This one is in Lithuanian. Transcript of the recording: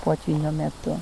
potvynio metu